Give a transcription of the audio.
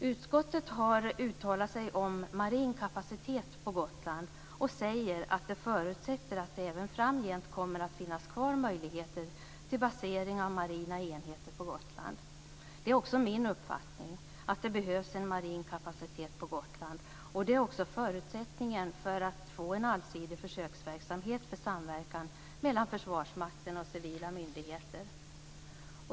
Utskottet har uttalat sig om marin kapacitet på Gotland och säger att det förutsätter att det även framgent kommer att finnas kvar möjligheter till basering av marina enheter på Gotland. Det är också min uppfattning att det behövs en marin kapacitet på Gotland, och det är också förutsättningen för att få en allsidig försöksverksamhet för samverkan mellan försvarsmakten och civila myndigheter.